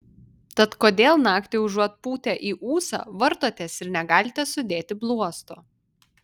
tad kodėl naktį užuot pūtę į ūsą vartotės ir negalite sudėti bluosto